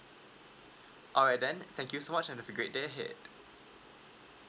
alright then thank you so much and have a great day ahead